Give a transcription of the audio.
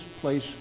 place